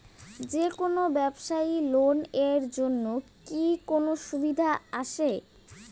যে কোনো ব্যবসায়ী লোন এর জন্যে কি কোনো সুযোগ আসে?